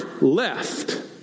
left